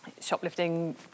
shoplifting